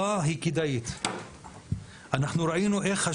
אנחנו כבר לא מייצאים יותר תפוזים אלא